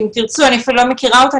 אני אפילו לא מכירה אותה,